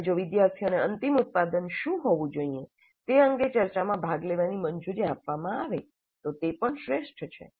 અને જો વિદ્યાર્થીઓને અંતિમ ઉત્પાદન શું હોવું જોઈએ તે અંગે ચર્ચામાં ભાગ લેવાની મંજૂરી આપવામાં આવે તો તે પણ શ્રેષ્ઠ છે